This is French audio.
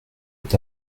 est